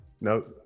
No